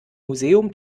museum